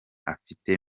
afite